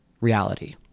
reality